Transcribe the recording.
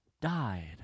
died